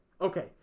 Okay